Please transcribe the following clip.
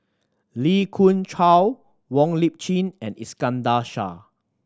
Lee Khoon Choy Wong Lip Chin and Iskandar Shah